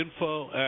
info